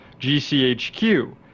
GCHQ